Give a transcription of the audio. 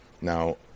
now